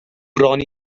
bron